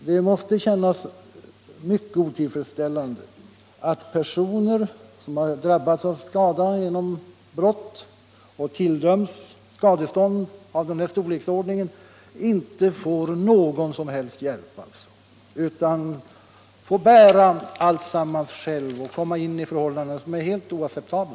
Det måste kännas mycket otillfredsställande att personer som har drabbats av skada genom brott och tilldömts skadestånd av denna storleksordning inte får någon som helst hjälp utan måste bära hela bördan själva och därigenom komma in i förhållanden som är helt oacceptabla.